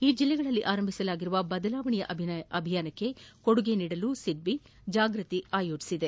ಈ ಜಿಲ್ಲೆಗಳಲ್ಲಿ ಆರಂಭಿಸಲಾಗಿರುವ ಬದಲಾವಣೆಯ ಅಭಿಯಾನಕ್ಕೆ ಕೊಡುಗೆ ನೀಡಲು ಸಿಡ್ವಿ ಜಾಗೃತಿ ಆಯೋಜಿಸಿದೆ